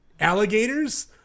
Alligators